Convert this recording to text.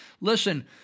Listen